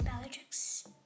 Bellatrix